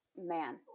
Man